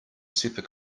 super